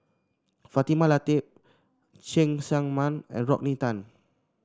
Fatimah Lateef Cheng Tsang Man and Rodney Tan